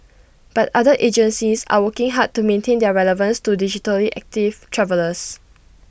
but other agencies are working hard to maintain their relevance to digitally active travellers